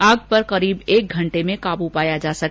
आग पर करीब एक घंटे में काबू पाया जा सका